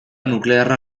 nuklearra